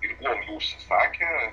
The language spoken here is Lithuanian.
ir buvom jų užsisakę